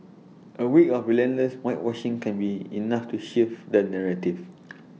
A week of relentless whitewashing can be enough to shift the narrative